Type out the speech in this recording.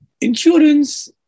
insurance